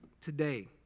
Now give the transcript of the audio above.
today